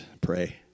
pray